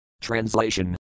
Translation